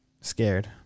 scared